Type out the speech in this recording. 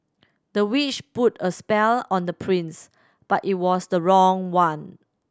the witch put a spell on the prince but it was the wrong one